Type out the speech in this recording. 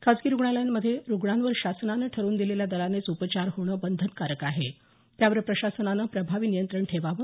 खाजगी रूग्णालयांमध्ये रूग्णांवर शासनानं ठरवून दिलेल्या दरानेच उपचार होणे बंधनकारक आहे त्यावर प्रशासनानं प्रभावी नियंत्रण ठेवावं